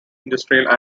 industrial